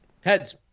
Heads